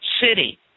city